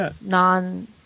non